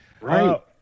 Right